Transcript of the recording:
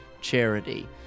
charity